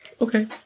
Okay